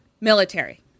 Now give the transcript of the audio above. Military